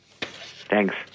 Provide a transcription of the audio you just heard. Thanks